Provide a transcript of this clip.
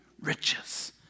riches